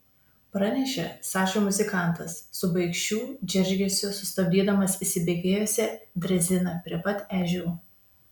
pranešė sašai muzikantas su baikščių džeržgesiu sustabdydamas įsibėgėjusią dreziną prie pat ežių